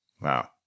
Wow